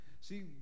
See